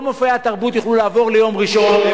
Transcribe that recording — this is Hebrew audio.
כל מופעי התרבות יוכלו לעבור ליום ראשון,